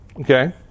Okay